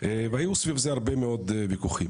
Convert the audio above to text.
והיו סביב זה הרבה מאוד וויכוחים